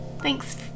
thanks